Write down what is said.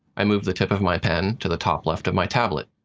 i move the tip of my pen to the top-left of my tablet.